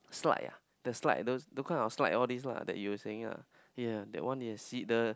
slide ah the slide those those kind of slide all these lah that you were saying ah ya that one you see the